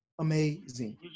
Amazing